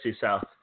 South